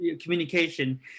communication